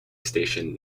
station